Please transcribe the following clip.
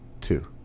Two